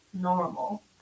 normal